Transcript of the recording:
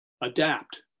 adapt